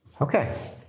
Okay